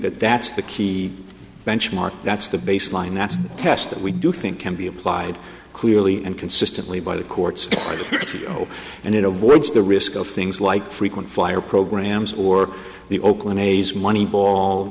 that that's the key benchmark that's the baseline that's a test that we do think can be applied clearly and consistently by the courts or the trio and it avoids the risk of things like frequent flyer programs or the oakland a's moneyball